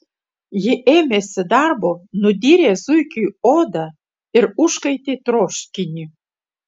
ji ėmėsi darbo nudyrė zuikiui odą ir užkaitė troškinį